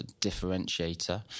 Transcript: differentiator